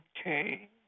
Okay